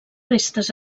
restes